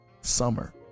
summer